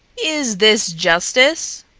is this justice?